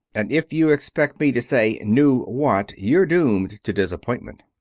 and if you expect me to say, knew what you're doomed to disappointment.